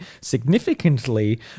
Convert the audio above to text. significantly